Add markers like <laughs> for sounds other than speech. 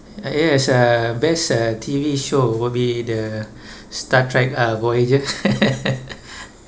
yes uh best uh T_V show will be the star trek uh voyager <laughs>